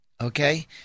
okay